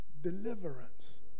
deliverance